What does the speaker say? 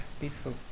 peaceful